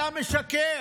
אתה משקר.